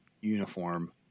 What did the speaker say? uniform